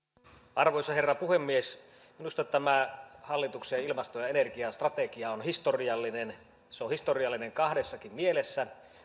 arvoisa herra puhemies minusta tämä hallituksen ilmasto ja energiastrategia on historiallinen se on historiallinen kahdessakin mielessä